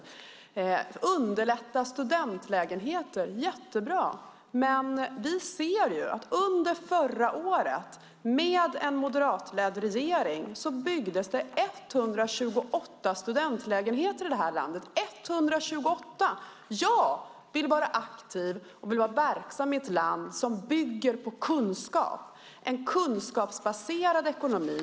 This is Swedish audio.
Att man underlättar för studentlägenheter är jättebra, men med den moderatledda regeringen byggdes det under förra året 128 studentlägenheter i vårt land. Jag vill vara aktiv och verksam i ett land som bygger på kunskap, en kunskapsbaserad ekonomi.